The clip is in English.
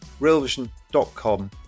realvision.com